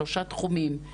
שלושה תחומים,